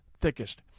thickest